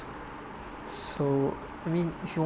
so I mean if you